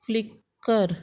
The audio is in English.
flicker